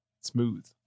smooth